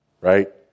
right